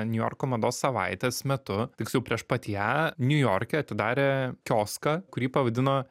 niujorko mados savaitės metu tiksliau prieš pat ją niujorke atidarė kioską kurį pavadino